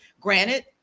Granted